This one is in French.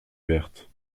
berthe